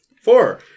Four